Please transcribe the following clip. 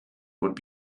would